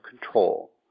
control